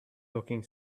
looking